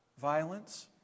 violence